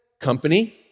Company